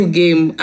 game